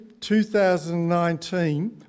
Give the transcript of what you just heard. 2019